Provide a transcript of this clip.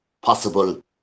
possible